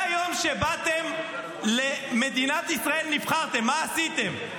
מהיום שבאתם למדינת ישראל, נבחרתם, מה עשיתם?